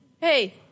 Hey